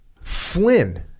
Flynn